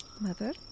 Mother